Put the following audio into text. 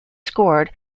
scored